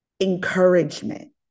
encouragement